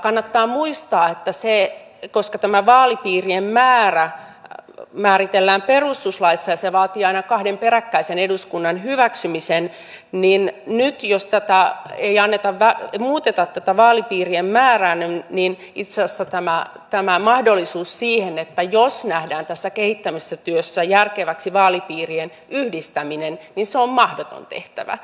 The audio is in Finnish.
kannattaa muistaa että koska tämä vaalipiirien määrä määritellään perustuslaissa ja se vaatii aina kahden peräkkäisen eduskunnan hyväksymisen niin nyt jos ei muuteta tätä vaalipiirien määrän niin iso satamaa tämä määrää itse asiassa jos nähdään tässä kehittämistyössä järkeväksi vaalipiirien yhdistäminen se on mahdoton tehtävä